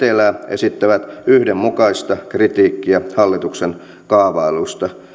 esittävät yhdenmukaista kritiikkiä hallituksen kaavailuista